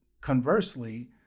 conversely